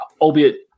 albeit